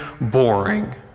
boring